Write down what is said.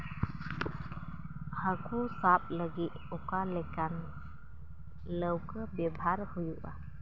ᱦᱟᱹᱠᱩ ᱥᱟᱵ ᱞᱟᱹᱜᱤᱫ ᱚᱠᱟ ᱞᱮᱠᱟᱱ ᱞᱟᱹᱣᱠᱟᱹ ᱵᱮᱵᱚᱦᱟᱨ ᱦᱩᱭᱩᱜᱼᱟ